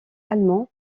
allemand